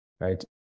right